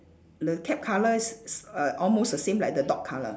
the cap colour is s~ uh almost the same as the dog colour